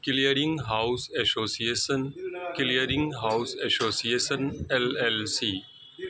clearing house association clearing house association L L C